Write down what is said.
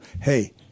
hey